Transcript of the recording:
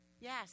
Yes